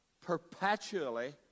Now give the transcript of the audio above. perpetually